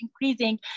increasing